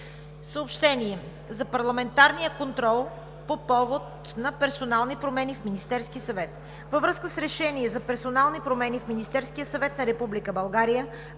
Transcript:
Съобщение за парламентарния контрол по повод персонални промени в Министерския съвет: